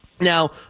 Now